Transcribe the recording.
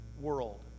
world